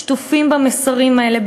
שטופים במסרים האלה,